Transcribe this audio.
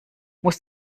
muss